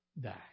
die